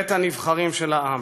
בית הנבחרים של העם.